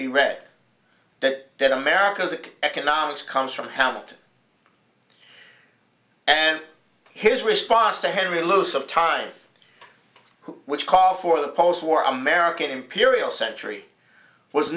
be read that that america's economics comes from hamilton and his response to henry luce of time who which call for the post war american imperial century was